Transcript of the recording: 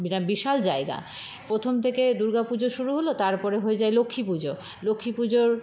বিশাল জায়গা প্রথম থেকে দুর্গা পুজো শুরু হল তারপরে হয়ে যায় লক্ষ্মী পুজো লক্ষ্মী পুজোর